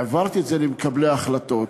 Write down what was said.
העברתי את זה למקבלי ההחלטות,